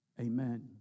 Amen